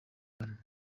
imikino